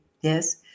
yes